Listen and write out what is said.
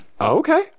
Okay